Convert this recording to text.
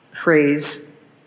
phrase